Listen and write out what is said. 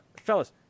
fellas